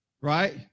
Right